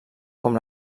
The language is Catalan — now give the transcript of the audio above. com